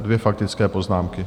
Dvě faktické poznámky.